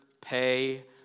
pay